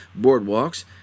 boardwalks